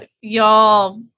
Y'all